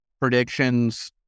predictions